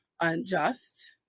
unjust